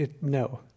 No